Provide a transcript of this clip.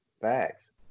facts